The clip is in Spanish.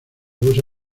usa